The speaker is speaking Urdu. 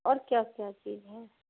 اور کیا کیا چیز ہے